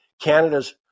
Canada's